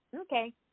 Okay